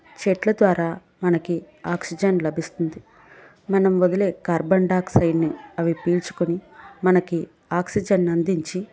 చెట్ల ద్వారా మనకి ఆక్సిజన్ లభిస్తుంది మనం వదిలే కార్బన్డైయాక్సైడ్ని అవి పీల్చుకొని మనకి ఆక్సిజన్ని అందించి